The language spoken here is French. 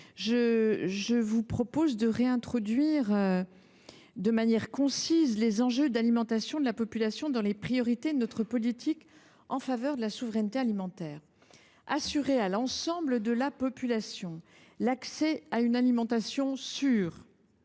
vise à réintroduire de manière concise les enjeux d’alimentation de la population dans les priorités de notre politique en faveur de la souveraineté alimentaire. « Assurer à l’ensemble de la population, dans le cadre